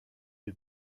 des